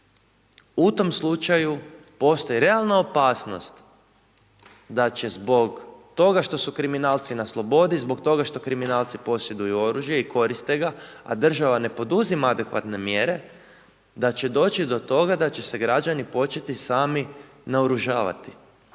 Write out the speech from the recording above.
u tom slučaju postoji realna opasnost da će zbog toga što su kriminalci na slobodi, zbog toga što kriminalci posjeduju oružje i koriste ga, a država ne poduzima adekvatne mjere, da će doći do toga da će se građani početi sami naoružavati.